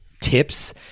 tips